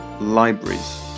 libraries